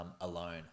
alone